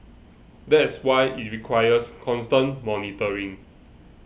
that's why it requires constant monitoring